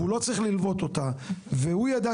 והוא לא צריך ללוות אותה והוא ידע